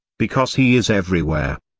because he is everywhere.